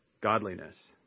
godliness